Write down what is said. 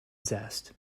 zest